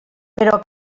però